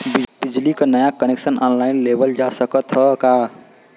बिजली क नया कनेक्शन ऑनलाइन लेवल जा सकत ह का?